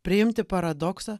priimti paradoksą